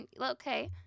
okay